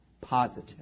Positive